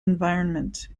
environment